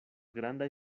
grandaj